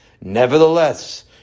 Nevertheless